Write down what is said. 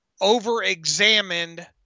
over-examined